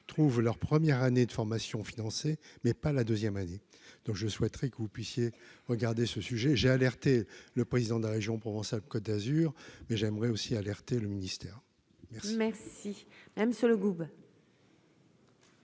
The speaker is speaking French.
trouvent leur première année de formation financée mais pas la deuxième année, donc je souhaiterais que vous puissiez regardez ce sujet j'ai alerté le président de la région Provence-Alpes-Côte d'Azur, mais j'aimerais aussi alerter le ministère. Merci Madame Sollogoub